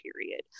period